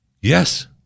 Yes